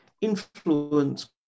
influence